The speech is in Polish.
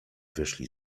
wyszli